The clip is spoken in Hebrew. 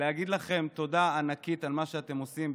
להגיד לכם תודה ענקית על מה שאתם עושים,